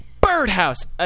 Birdhouse